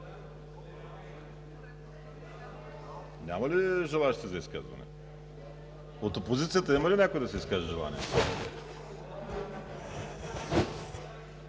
Няма ли желаещи за изказване? От опозицията има ли някой да се изкаже – желание?